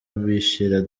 bishira